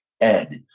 Ed